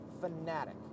fanatic